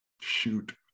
shoot